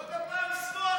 עוד הפעם שמאל?